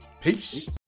Peace